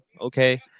okay